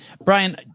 Brian